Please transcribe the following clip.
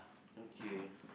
okay